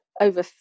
over